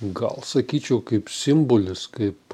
gal sakyčiau kaip simbolis kaip